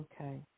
okay